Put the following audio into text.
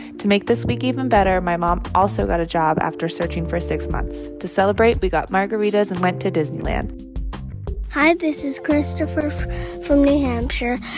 to make this week even better, my mom also got a job after searching for six months. to celebrate, we got margaritas and went to disneyland hi. this is christopher from new hampshire.